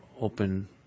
open